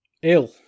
Ill